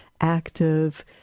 active